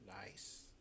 nice